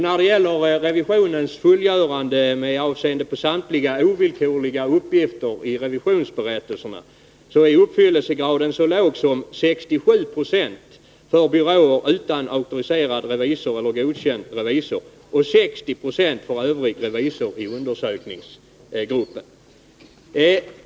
När det gäller revisionens fullgörande med avseende på samtliga ovillkorliga uppgifter i revisionsberättelserna är uppfyllelsegraden i undersökningsgruppen så låg som 67 96 för byråer utan auktoriserad eller godkänd revisor och 60 96 för övriga byråer.